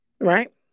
Right